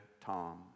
Tom